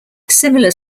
similar